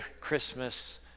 Christmas